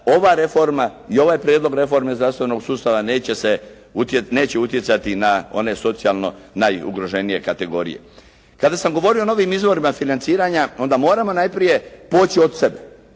ova reforma i ovaj prijedlog reforme zdravstvenog sustava neće se, neće utjecati na one socijalno najugroženije kategorije. Kada sam govorio o novim izvorima financiranja onda moramo najprije poći od sebe.